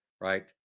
Right